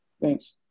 Thanks